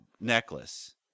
necklace